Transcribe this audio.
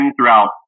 throughout